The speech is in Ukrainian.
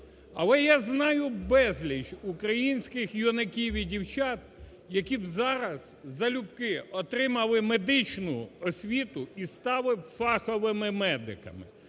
Але я знаю безліч українських юнаків і дівчат, які б зараз залюбки отримали медичну освіту і стали б фаховими медиками.